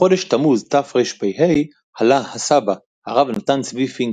בחודש תמוז תרפ"ה עלה "הסבא", הרב נתן צבי פינקל.